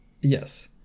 Yes